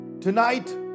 tonight